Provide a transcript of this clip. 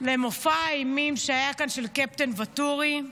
למופע האימים שהיה כאן של קפטן ואטורי,